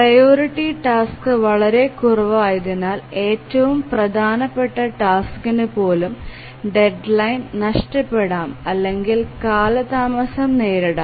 priority task വളരെ കുറവായതിനാൽ ഏറ്റവും പ്രധാനപ്പെട്ട ടാസ്ക്കിന് പോലും ഡെഡ്ലൈൻ നഷ്ടപ്പെടാം അല്ലെങ്കിൽ കാലതാമസം നേരിടാം